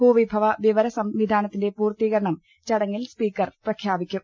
ഭൂവിഭവ വിവര സംവിധാനത്തിന്റെ പൂർത്തീകരണം ചടങ്ങിൽ സ്പീക്കർ പ്രഖ്യാപിക്കും